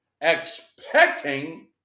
expecting